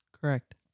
correct